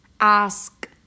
ask